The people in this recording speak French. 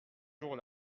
jour